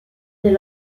dès